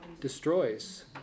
Destroys